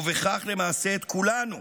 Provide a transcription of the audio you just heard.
ובכך למעשה את כולנו.